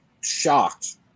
shocked